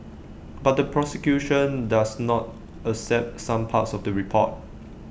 but the prosecution does not accept some parts of the report